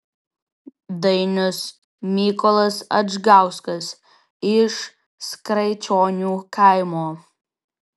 dainius mykolas adžgauskas iš skraičionių kaimo